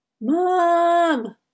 Mom